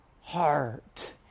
heart